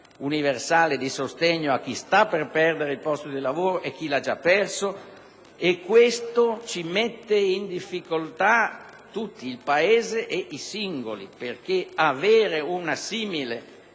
universale di sostegno a chi sta per perdere il posto di lavoro e a chi lo ha già perso. Questo ci mette tutti in difficoltà, il Paese ed i singoli, perché avere una simile